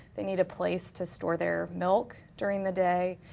they need a place to store their milk during the day.